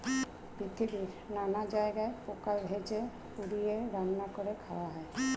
পৃথিবীর নানা জায়গায় পোকা ভেজে, পুড়িয়ে, রান্না করে খাওয়া হয়